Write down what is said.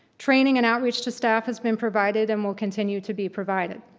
training and outreach to staff has been provided and will continue to be provided.